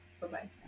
bye-bye